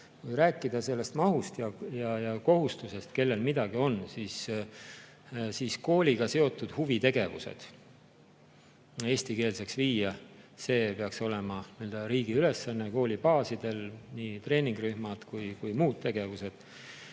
rääkida sellest mahust ja kohustustest, kellel midagi on, siis kooliga seotud huvitegevused eestikeelseks viia peaks olema riigi ülesanne, kooli baasil, nii treeningurühmad kui ka muud tegevused.